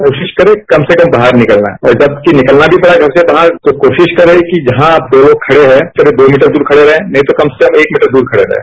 कोशिश करे कम से कम घर से बाहर निकलना और जबकि निकलना भी पड़े घर से बाहर तो कोशिश करें कि जहां आप दो लोग खड़े हैं करीब दो मीटर दूर खड़े रहें नहीं तो कम से कम एक मीटर दूर खड़े रहें